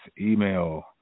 email